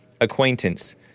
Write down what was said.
acquaintance